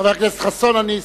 חבר הכנסת חסון, אני אסתדר.